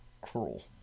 cruel